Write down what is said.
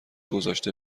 گذاشته